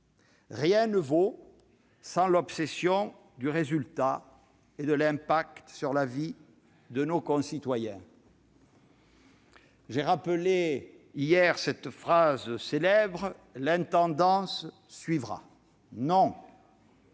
Rien ne vaut sans l'obsession du résultat et de l'impact sur la vie de nos concitoyens. J'ai rappelé hier cette phrase célèbre :« L'intendance suivra. »